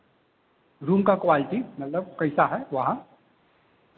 room का quality मतलब कैसा है वहाँ